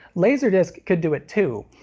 laserdisc could do it too!